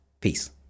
Peace